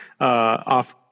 off